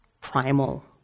primal